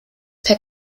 per